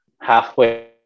halfway